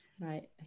right